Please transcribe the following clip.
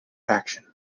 action